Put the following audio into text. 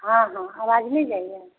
हँ हँ आवाज नहि जाइए